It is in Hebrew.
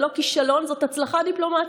זה לא כישלון, זאת הצלחה דיפלומטית.